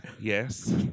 Yes